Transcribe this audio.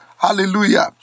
Hallelujah